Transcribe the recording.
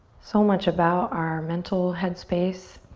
so much about our mental headspace.